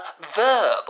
verb